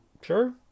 Sure